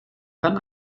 kann